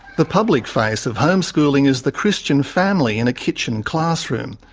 the public face of homeschooling is the christian family in a kitchen classroom.